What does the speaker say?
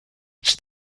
age